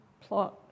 plot